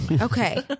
Okay